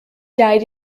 died